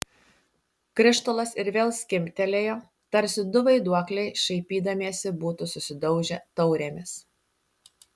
krištolas ir vėl skimbtelėjo tarsi du vaiduokliai šaipydamiesi būtų susidaužę taurėmis